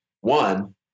one